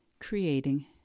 creating